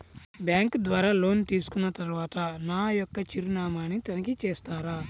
Bank ద్వారా loan తీసుకున్న తరువాత నా యొక్క చిరునామాని తనిఖీ చేస్తారా?